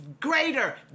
greater